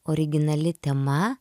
originali tema